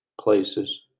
places